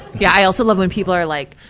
yeah. i also love when people are like,